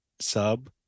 sub